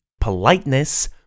politeness